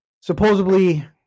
supposedly